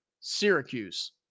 Syracuse